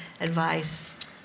advice